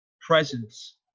presence